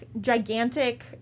gigantic